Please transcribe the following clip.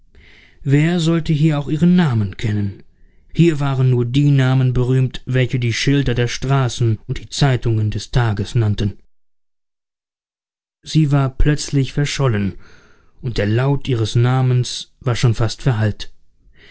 wer sollte hier auch ihren namen kennen hier waren nur die namen berühmt welche die schilder der straßen und die zeitungen des tages nannten sie war plötzlich verschollen und der laut ihres namens war schon fast verhallt